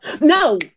No